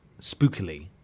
spookily